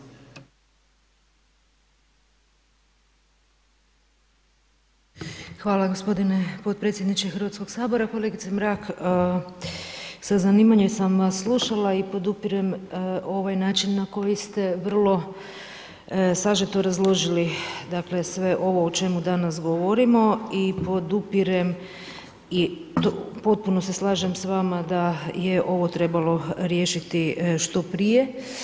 Hvala gospodine potpredsjedniče Hrvatskog sabora, kolegice Mrak, sa zanimanje sam vas slušala i podupirem ovaj način, na koji ste vrlo sažeto razložili dakle, sve ovo u čemu danas govorimo i podupirem i potpuno se slažem s vama da je ovo trebalo riješiti što prije.